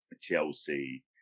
Chelsea